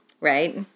Right